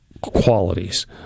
qualities